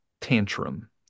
tantrum